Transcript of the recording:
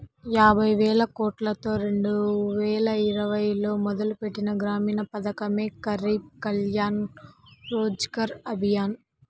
యాబైవేలకోట్లతో రెండువేల ఇరవైలో మొదలుపెట్టిన గ్రామీణ పథకమే గరీబ్ కళ్యాణ్ రోజ్గర్ అభియాన్